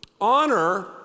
Honor